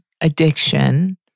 addiction